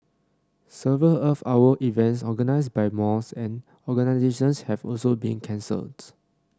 several Earth Hour events organised by malls and organisations have also been cancelled